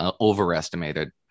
overestimated